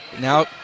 Now